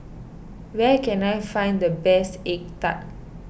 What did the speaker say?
where can I find the best Egg Tart